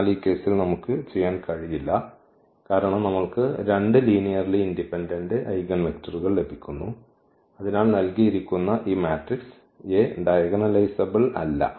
അതിനാൽ ഈ കേസിൽ നമുക്ക് ചെയ്യാൻ കഴിയില്ല കാരണം നമ്മൾക്ക് 2 ലീനിയർലി ഇൻഡിപെൻഡന്റ് ഐഗൻവെക്ടറുകൾ ലഭിക്കുന്നു അതിനാൽ നൽകിയിരിക്കുന്ന ഈ മാട്രിക്സ് A ഡയഗണലൈസബ്ൾ അല്ല